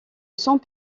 cent